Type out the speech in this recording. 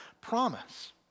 promise